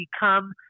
become